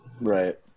Right